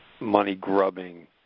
money-grubbing